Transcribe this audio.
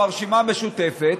מהרשימה המשותפת.